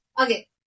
okay